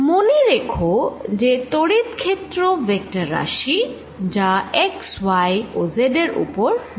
মনে রেখ যে তড়িৎ ক্ষেত্র ভেক্টর রাশি যা xy ও z এর ওপর নির্ভর করে